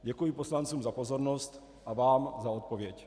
Děkuji poslancům za pozornost a vám za odpověď.